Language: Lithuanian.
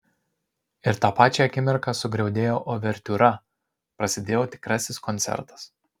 ir tą pačią akimirką sugriaudėjo uvertiūra prasidėjo tikrasis koncertas